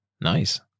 nice